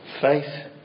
faith